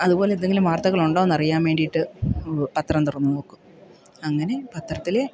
അതുപോലെയെന്തെങ്കിലും വാർത്തകളുണ്ടോയെന്നറിയാൻ വേണ്ടിയിട്ട് പത്രം തുറന്നു നോക്കും അങ്ങനെ പത്രത്തിൽ